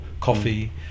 coffee